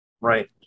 Right